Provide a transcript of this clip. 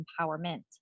empowerment